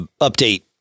update